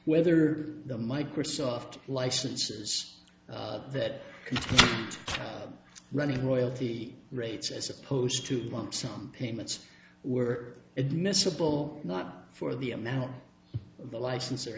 whether the microsoft licenses that running royalty rates as opposed to lump sum payments were admissible not for the amount of the license or